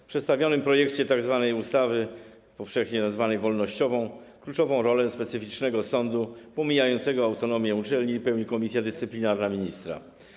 W przedstawionym projekcie ustawy, powszechnie nazwanej wolnościową, kluczową rolę specyficznego sądu pomijającego autonomię uczelni odgrywa komisja dyscyplinarna ministra.